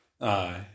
aye